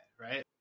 right